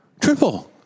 Triple